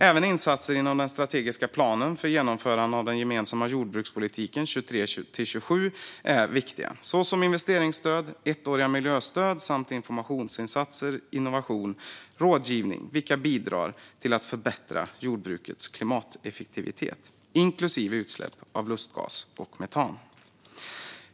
Även insatser inom den strategiska planen för genomförandet av den gemensamma jordbrukspolitiken 2023-2027 är viktiga, såsom investeringsstöd, ettåriga miljöstöd, informationsinsatser, innovation och rådgivning, vilka bidrar till att förbättra jordbrukets klimateffektivitet, inklusive utsläpp av lustgas och metan.